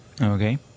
Okay